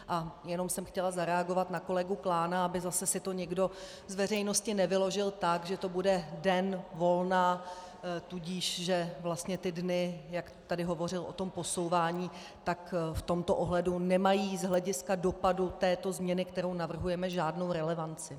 A jenom jsem chtěla zareagovat na kolegu Klána, aby zase si to někdo z veřejnosti nevyložil tak, že to bude den volna, tudíž že vlastně ty dny, jak tady hovořil o tom posouvání, v tomto ohledu nemají z hlediska dopadu této změny, kterou navrhujeme, žádnou relevanci.